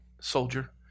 soldier